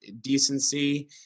decency